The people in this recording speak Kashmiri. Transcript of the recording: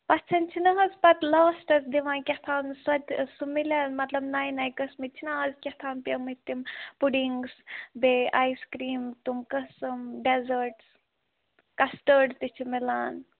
پٔژھٮ۪ن چھِنہٕ حظ پَتہٕ لاسٹَس دِوان کیٛاہتام سۄ تہِ سُہ مِلیٛاہ مطلب نَیہِ نَیہِ قٕسمٕکۍ چھِنا اَز کیٛاہتام پیٚمٕتۍ تِم پُٹِنٛگٕس بیٚیہِ آیِس کریٖم تِم قٕسٕم ڈیزٲرٹٕس کَسٹٲرڈ تہِ چھُ میلان